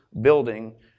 building